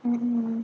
mm mm